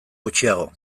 gutxiago